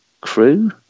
crew